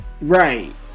Right